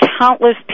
countless